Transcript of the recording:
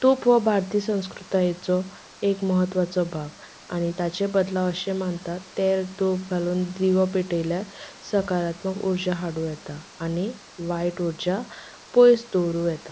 तुप हो भारतीय संस्कृतायेचो एक म्हत्वाचो भाग आनी ताचे बदलाक अशें मानतात तेल तुप घालून दिवो पेटयल्यार सकारात्मक उर्जा हाडूंक येता आनी वायट उर्जा पयस दवरूंक येता